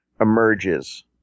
emerges